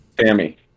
sammy